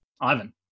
Ivan